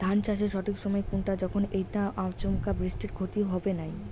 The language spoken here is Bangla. ধান চাষের সঠিক সময় কুনটা যখন এইটা আচমকা বৃষ্টিত ক্ষতি হবে নাই?